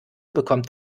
bekommt